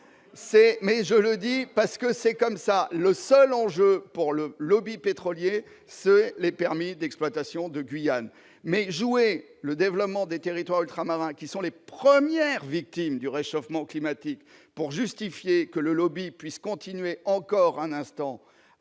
Je le dis parce que c'est ainsi ! Le seul enjeu pour le lobby pétrolier, ce sont les permis d'exploitation de la Guyane. Jouer le développement des territoires ultramarins, qui sont les premières victimes du réchauffement climatique, pour justifier que le lobby puisse encore un instant